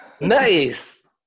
Nice